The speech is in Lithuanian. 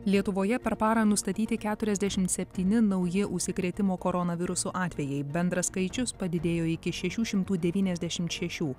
lietuvoje per parą nustatyti keturiasdešimt septyni nauji užsikrėtimo koronavirusu atvejai bendras skaičius padidėjo iki šešių šimtų devyniasdešimt šešių